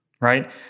right